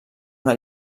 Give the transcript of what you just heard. una